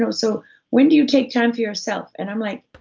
so so when do you take time for yourself? and i'm like,